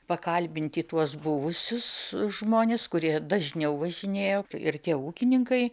pakalbinti tuos buvusius žmones kurie dažniau važinėjo ir tie ūkininkai